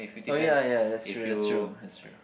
oh ya ya that's true that's true that's true